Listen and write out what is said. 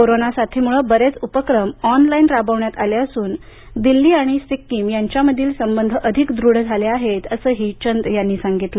corona साथीमुळे बरेच उपक्रम ऑनलाइन राबवण्यात आले असून दिल्ली आणि सिक्कीम यांच्यामधील संबंध अधिक दृढ झाले आहेत असंही चंद यांनी सांगितलं